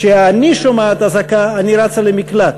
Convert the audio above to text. כשאני שומעת אזעקה אני רצה למקלט.